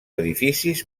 edificis